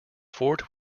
fort